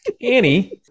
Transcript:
Annie